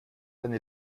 deine